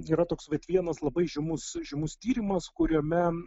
yra toks vat vienas labai žymus žymus tyrimas kuriame